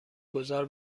گذار